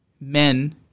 men